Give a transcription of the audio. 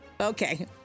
Okay